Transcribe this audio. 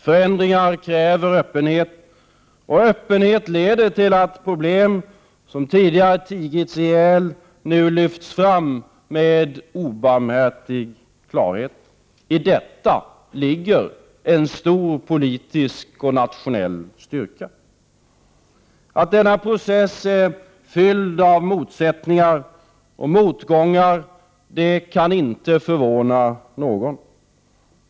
Förändringar kräver öppen het, och öppenhet leder till att problem som tidigare har tigits ihjäl nu lyfts fram med obarmhärtig klarhet. I detta ligger en stor politisk och nationell styrka. Att denna process är fylld av både motsättningar och motgångar kan inte förvåna någon.